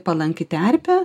palanki terpė